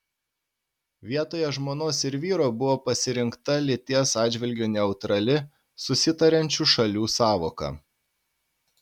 vietoje žmonos ir vyro buvo pasirinkta lyties atžvilgiu neutrali susitariančių šalių sąvoka